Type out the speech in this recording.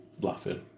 laughing